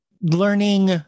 learning